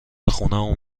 خونمون